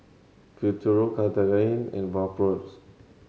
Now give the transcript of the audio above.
Futuro Cartigain and Vapodrops